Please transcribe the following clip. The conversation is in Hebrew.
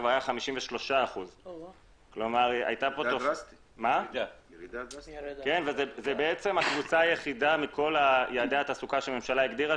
היה 53%. זו בעצם הקבוצה היחידה מכל יעדי התעסוקה שהממשלה הגדירה,